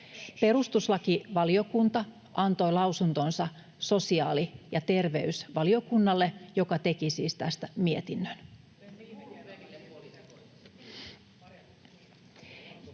Perustuslakivaliokunta antoi lausuntonsa sosiaali- ja terveysvaliokunnalle, joka teki siis tästä mietinnön.